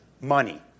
money